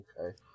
okay